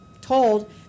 told